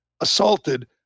assaulted